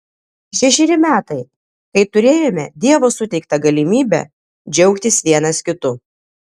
šešeri metai kai turėjome dievo suteiktą galimybę džiaugtis vienas kitu